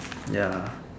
ya